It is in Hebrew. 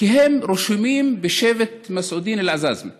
כי הם רשומים בשבט מסעודין אל-עזאזמה.